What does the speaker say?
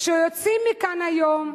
כשיוצאים מכאן היום,